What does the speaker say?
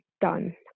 done